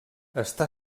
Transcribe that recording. està